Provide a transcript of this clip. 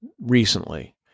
recently